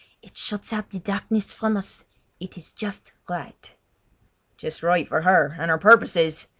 it shuts out the darkness from us it is just right just right for her and her purposes!